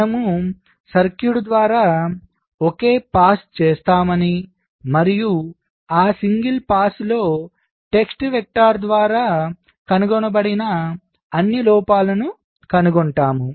మనము సర్క్యూట్ ద్వారా ఒకే పాస్ చేస్తామని మరియు ఆ సింగిల్ పాస్ లో టెస్ట్ వెక్టర్ ద్వారా కనుగొనబడిన అన్ని లోపాలను కనుగొంటాము